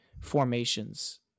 formations